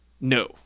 No